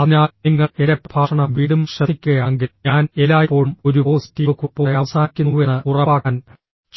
അതിനാൽ നിങ്ങൾ എന്റെ പ്രഭാഷണം വീണ്ടും ശ്രദ്ധിക്കുകയാണെങ്കിൽ ഞാൻ എല്ലായ്പ്പോഴും ഒരു പോസിറ്റീവ് കുറിപ്പോടെ അവസാനിക്കുന്നുവെന്ന് ഉറപ്പാക്കാൻ